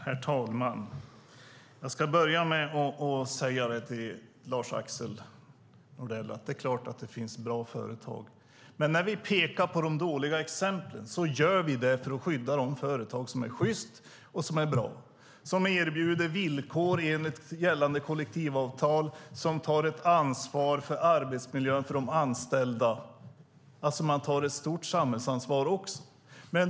Herr talman! Jag ska börja med att säga till Lars-Axel Nordell: Det är klart att det finns bra företag. Men när vi pekar på de dåliga exemplen gör vi det för att skydda de företag som är sjysta och bra, som erbjuder villkor enligt gällande kollektivavtal och som tar ett ansvar för arbetsmiljön för de anställda. De tar ett stort samhällsansvar också.